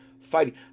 fighting